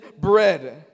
bread